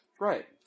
Right